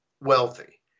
wealthy